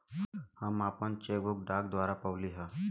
हम आपन cheque book डाक द्वारा पउली है